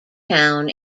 town